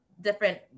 different